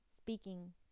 speaking